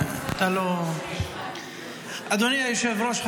אדוני היושב-ראש,